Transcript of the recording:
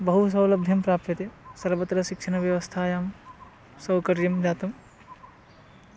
बहु सौलभ्यं प्राप्यते सर्वत्र शिक्षणव्यवस्थायां सौकर्यं जातं